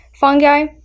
fungi